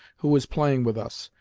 who was playing with us,